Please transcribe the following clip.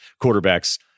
quarterbacks